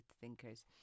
thinkers